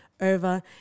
over